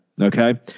Okay